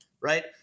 right